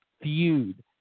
feud